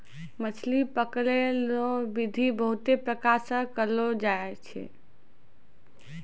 मछली पकड़ै रो बिधि बहुते प्रकार से करलो जाय छै